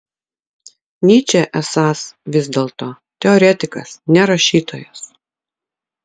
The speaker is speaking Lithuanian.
nyčė esąs vis dėlto teoretikas ne rašytojas